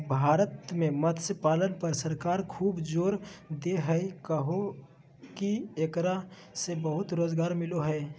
भारत में मत्स्य पालन पर सरकार खूब जोर दे हई काहे कि एकरा से बहुत रोज़गार मिलो हई